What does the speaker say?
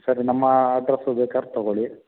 ಸರಿ ನಮ್ಮ ಅಡ್ರಸ್ಸು ಬೇಕಾದ್ರ್ ತಗೊಳ್ಳಿ